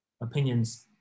opinions